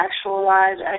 actualized